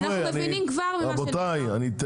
בסוף, אם יש